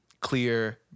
clear